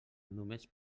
només